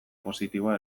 positiboa